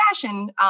fashion